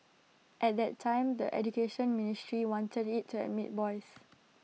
at that time the Education Ministry wanted IT to admit boys